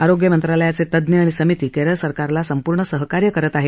आरोग्य मंत्रालयाचे तज्ञ तसंच समिती केरळ सरकारला संपूर्ण सहकार्य करत आहे